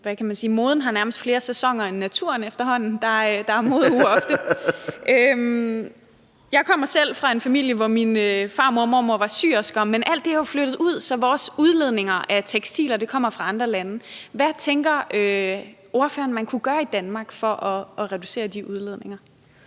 Moden har nærmest flere sæsoner end naturen efterhånden. Der er modeuge ofte. Jeg kommer selv fra en familie, hvor min farmor og mormor var syersker, men alt det er jo flyttet ud, så vores udledninger fra tekstiler kommer fra andre lande. Hvad tænker ordføreren man kunne gøre i Danmark for at reducere de udledninger?